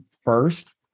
first